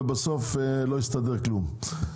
ובסוף לא הסתדר כלום.